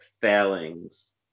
failings